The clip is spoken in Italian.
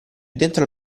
dentro